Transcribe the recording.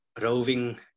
roving